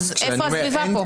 אז איפה הסביבה פה?